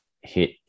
hit